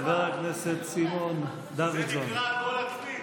זה נקרא גול עצמי.